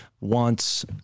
wants